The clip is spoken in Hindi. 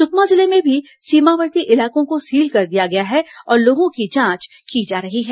सुकमा जिले में भी सीमावर्ती इलाकों को सील कर दिया गया है और लोगों की जांच की जा रही है